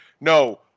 No